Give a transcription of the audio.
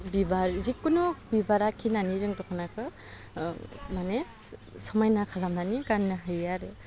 बिबार जिखुनु बिबार आखिनानै जों दख'नाखौ माने समायना खालामनानै गाननो हायो आरो